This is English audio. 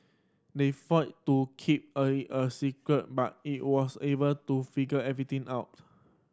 they fired to keep early a secret but he was able to figure everything out